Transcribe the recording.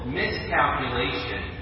miscalculation